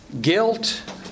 Guilt